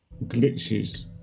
glitches